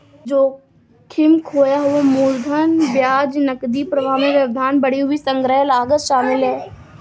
जोखिम, खोया हुआ मूलधन और ब्याज, नकदी प्रवाह में व्यवधान, बढ़ी हुई संग्रह लागत शामिल है